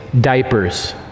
diapers